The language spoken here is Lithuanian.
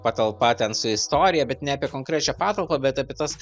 patalpa ten su istorija bet ne apie konkrečią patalpą bet apie tas